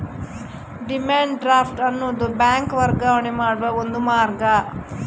demand draft ಅನ್ನುದು bank ವರ್ಗಾವಣೆ ಮಾಡುವ ಒಂದು ಮಾರ್ಗ